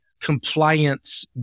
compliance